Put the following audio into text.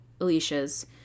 Alicia's